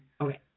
Okay